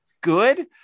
good